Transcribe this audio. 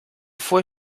fue